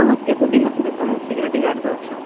ତୁମେ କେତେ ଦିନ ହେଲା ତୁମେ ସିକୁରିଟି ଗାର୍ଡ୍ରେ ଅଛ